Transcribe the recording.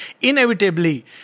inevitably